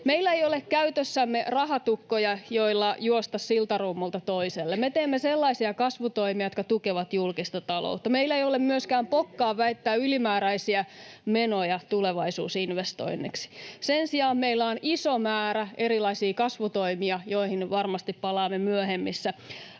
Meillä ei ole käytössämme rahatukkoja, joilla juosta siltarummulta toiselle. Me teemme sellaisia kasvutoimia, jotka tukevat julkista taloutta. Meillä ei ole myöskään pokkaa väittää ylimääräisiä menoja tulevaisuusinvestoinneiksi. Sen sijaan meillä on iso määrä erilaisia kasvutoimia, joihin varmasti palaamme myöhemmissä